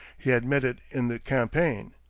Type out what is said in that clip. he had met it in the campaign.